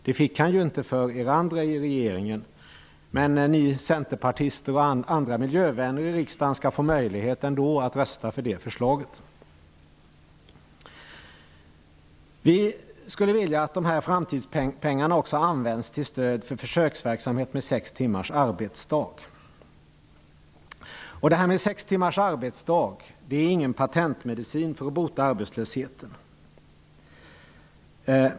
Det fick han inte för er andra i regeringen, men ni centerpartister och andra miljövänner i riksdagen skall få möjlighet ändå att rösta på det förslaget. Vi skulle också vilja att framtidspengarna används till stöd för försöksverksamhet med sex timmars arbetsdag. Sex timmars arbetsdag är ingen patentmedicin för att bota arbetslösheten.